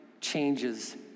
changes